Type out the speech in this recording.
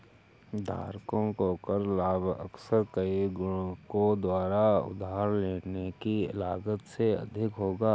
धारकों को कर लाभ अक्सर कई गुणकों द्वारा उधार लेने की लागत से अधिक होगा